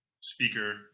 speaker